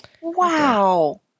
Wow